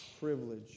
privilege